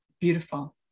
Beautiful